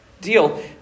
deal